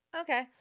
okay